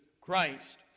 Christ